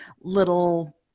little